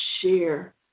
share